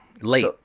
late